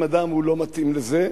אם אדם לא מתאים לזה,